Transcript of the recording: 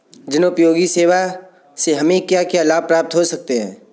जनोपयोगी सेवा से हमें क्या क्या लाभ प्राप्त हो सकते हैं?